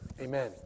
Amen